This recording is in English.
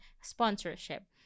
sponsorship